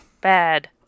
Bad